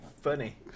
funny